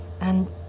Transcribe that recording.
and.